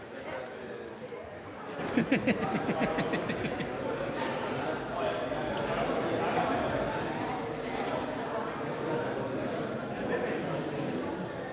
Hvad er det